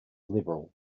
liberal